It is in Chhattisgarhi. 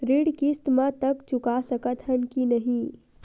ऋण किस्त मा तक चुका सकत हन कि नहीं?